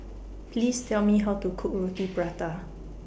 Please Tell Me How to Cook Roti Prata